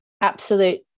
absolute